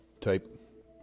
type